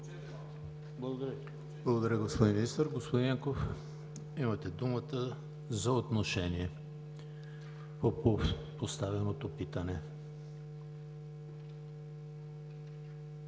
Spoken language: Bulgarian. Благодаря, господин Министър. Господин Янков, имате думата за отношение по поставеното питане.